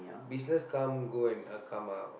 business come go and come out